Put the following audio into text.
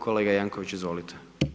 Kolega Jankovics izvolite.